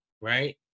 right